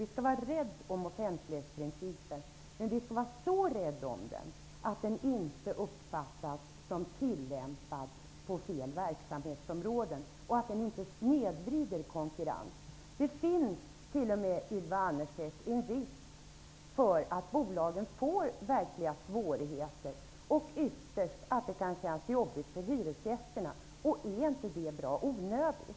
Vi skall vara rädda om offentlighetsprincipen, men vi skall så rädda om den att den inte uppfattas som tillämpad på fel verksamhetsområden och att den inte snedvrider konkurrensen. Det finns, Ylva Annerstedt, t.o.m. en risk för att bolagen får verkliga svårigheter och att det ytterst känns jobbigt för hyresgästerna. Är inte det bra onödigt?